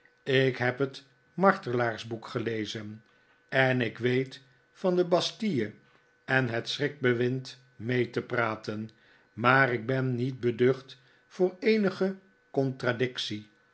ik heb het martelaarsboek gelezen en ik weet van de bastille en het schrikbewind mee te praten maar ik ben niet beducht voor eenige contradictie